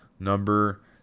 Number